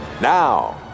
Now